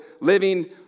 living